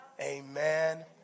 amen